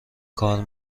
کار